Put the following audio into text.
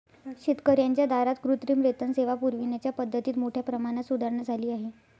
शेतकर्यांच्या दारात कृत्रिम रेतन सेवा पुरविण्याच्या पद्धतीत मोठ्या प्रमाणात सुधारणा झाली आहे